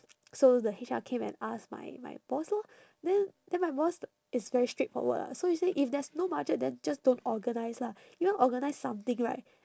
so the H_R came and ask my my boss lor then then my boss is very straightforward lah so he say if there's no budget then just don't organise lah you want organise something right